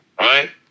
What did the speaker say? Right